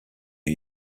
new